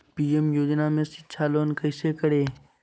PM योजना में शिक्षा लोन कैसे करें?